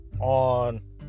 on